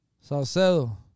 Salcedo